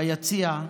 ביציע,